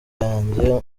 yange